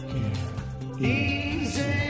easy